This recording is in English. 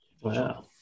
Wow